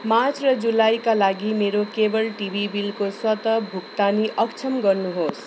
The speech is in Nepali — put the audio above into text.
मार्च र जुलाईका लागि मेरो केबल टिभी बिलको स्वतः भुक्तानी अक्षम गर्नुहोस्